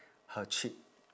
her cheek